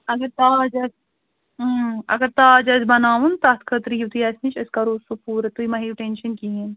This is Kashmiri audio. اگر تاج آسہِ اگر تاج آسہِ بَناوُن تَتھ خٲطرٕ یُتھُے اَسہِ نِش أسۍ کَرو سُہ پوٗرٕ تُہۍ مہٕ ہیِو ٹٮ۪نشَن کِہیٖنٛۍ